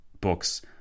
books